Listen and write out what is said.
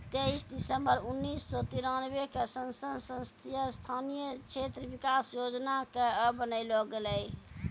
तेइस दिसम्बर उन्नीस सौ तिरानवे क संसद सदस्य स्थानीय क्षेत्र विकास योजना कअ बनैलो गेलैय